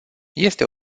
este